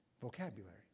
vocabulary